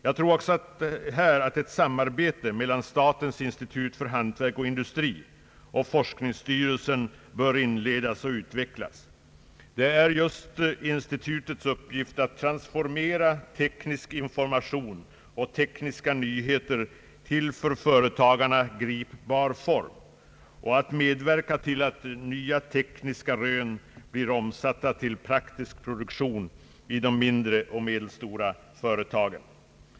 Jag tror också att ett samarbete mellan statens institut för hantverk och industri och forskningsstyrelsen bör inledas och utvecklas. Det är just institutets uppgift att transformera teknisk information och tekniska nyheter till för företagarna gripbar form och att medverka till att nya tekniska rön blir omsatta till praktisk produktion i de mindre och medelstora företagen.